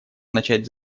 начать